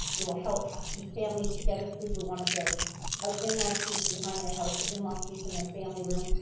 it will help help keep families together. people who want to build ah in-law suites behind their house or in-law suites in their family room,